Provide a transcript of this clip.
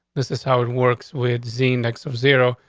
this is how it works with z next zero.